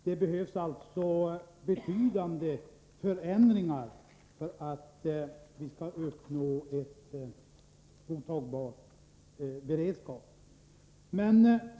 Det behövs alltså betydande förändringar för att vi skall kunna uppnå en godtagbar beredskap.